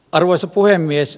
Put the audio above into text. arvoisa puhemies